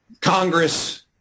Congress